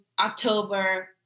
October